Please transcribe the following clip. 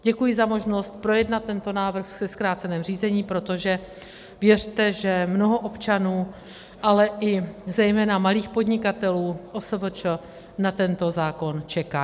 Děkuji za možnost projednat tento návrh ve zkráceném řízení, protože věřte, že mnoho občanů, ale i zejména malých podnikatelů, OSVČ, na tento zákon čeká.